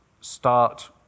start